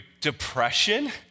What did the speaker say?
depression